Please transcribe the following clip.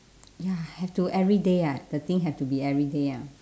ya have to every day ah the thing have to be every day ah